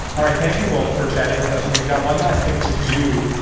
all right. thank you both for chatting with us. we've got one less thing to do.